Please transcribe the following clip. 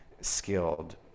skilled